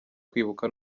kwibuka